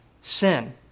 sin